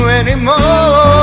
anymore